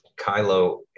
Kylo